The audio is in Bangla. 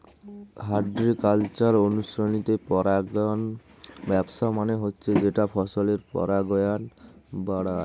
হর্টিকালচারাল অনুশীলনে পরাগায়ন ব্যবস্থা মানে হচ্ছে যেটা ফসলের পরাগায়ন বাড়ায়